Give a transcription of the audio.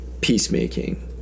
peacemaking